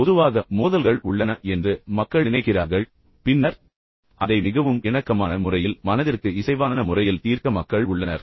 இப்போது பொதுவாக சரி மோதல்கள் உள்ளன என்று மக்கள் நினைக்கிறார்கள் பின்னர் அதை மிகவும் இணக்கமான முறையில் மனதிற்கு இசைவான முறையில் தீர்க்க மக்கள் உள்ளனர்